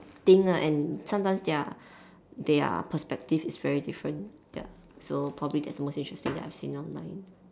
think ah and sometimes their their perspective is very different ya so probably that's the most interesting that I've seen online